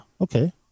okay